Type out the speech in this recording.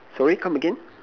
sorry come again